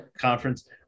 conference